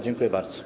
Dziękuję bardzo.